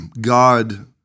God